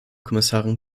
kommissarin